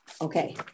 Okay